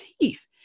teeth